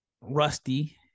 rusty